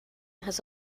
has